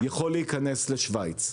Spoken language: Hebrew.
יכול להיכנס לשוויץ.